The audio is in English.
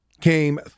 came